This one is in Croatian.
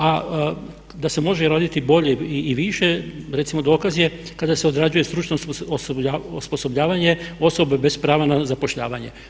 A da se može roditi bolje i više, recimo dokaz je kada se odrađuje stručno osposobljavanje osobe bez prava na zapošljavanje.